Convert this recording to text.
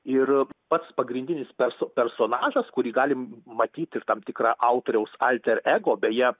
ir pats pagrindinis pers personažas kurį galim matyt ir tam tikrą autoriaus alterego beje